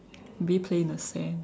maybe play in the sand